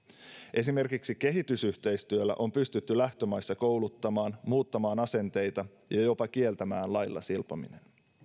esimerkiksi kehitysyhteistyöllä on pystytty lähtömaissa kouluttamaan muuttamaan asenteita ja ja jopa kieltämään lailla silpominen